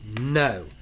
No